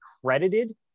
credited